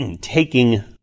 taking